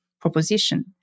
proposition